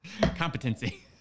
Competency